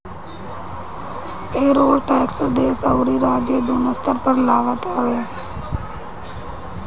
payroll tax देस अउरी राज्य दूनो स्तर पर लागत हवे